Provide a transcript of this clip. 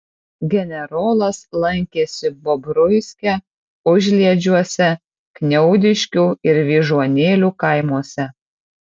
generolas lankėsi bobruiske užliedžiuose kniaudiškių ir vyžuonėlių kaimuose